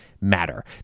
Matter